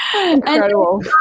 Incredible